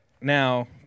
Now